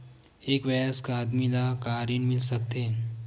एक वयस्क आदमी ल का ऋण मिल सकथे?